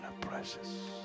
precious